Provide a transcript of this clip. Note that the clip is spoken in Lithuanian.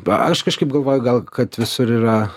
va aš kažkaip galvoju gal kad visur yra